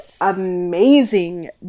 amazing